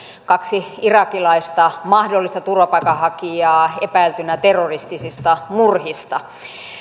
kaksi irakilaista mahdollista turvapaikanhakijaa epäiltyinä terroristisista murhista